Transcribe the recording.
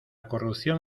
corrupción